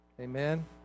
amen